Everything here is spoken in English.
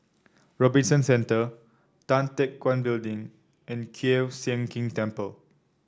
Robinson Centre Tan Teck Guan Building and Kiew Sian King Temple